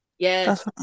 Yes